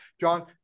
John